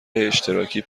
اشتراکی